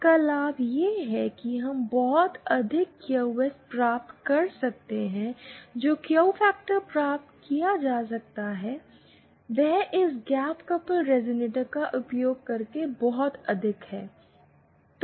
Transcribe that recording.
इसका लाभ यह है कि हम बहुत अधिक क्यू एस प्राप्त कर सकते हैं जो क्यू फ़ैक्टर प्राप्त किया जा सकता है वह इस गैप कपल रेज़ोनेटर का उपयोग करके बहुत अधिक है